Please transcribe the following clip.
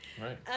Right